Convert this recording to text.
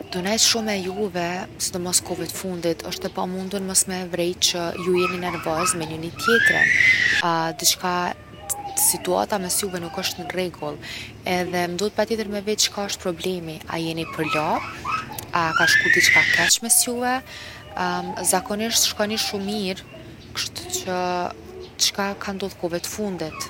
Tu nejt shumë me juve, sidomos kohëve t’fundit, osht e pamundun mos me e vrejt që ju jeni nervoz me njoni tjetrin. diçka ts- situata mes juve nuk osht n’rregull edhe m’duhet patjetër me vet çka osht problemi? A jeni përla? A ka shku diçka keq mes juve? Zakonisht shkoni shumë mirë, kshtuqë çka ka ndodh kohve t’fundit?